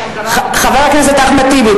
חבר הכנסת אחמד טיבי,